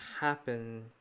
happen